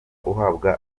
uhabwa